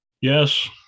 Yes